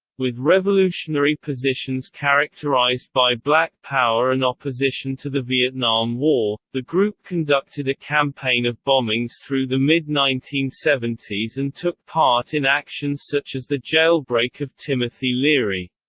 with revolutionary positions characterized by black power and opposition to the vietnam war, the group conducted a campaign of bombings through the mid nineteen seventy s and took part in actions such as the jailbreak of timothy leary.